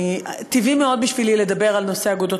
טבעי מאוד בשבילי לדבר על נושא אגודות